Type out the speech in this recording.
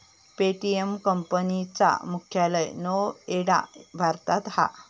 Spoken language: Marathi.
पे.टी.एम कंपनी चा मुख्यालय नोएडा भारतात हा